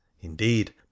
indeed